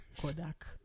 Kodak